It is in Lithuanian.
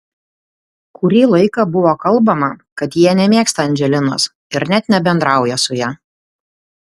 kurį laiką buvo kalbama kad jie nemėgsta andželinos ir net nebendrauja su ja